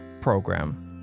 program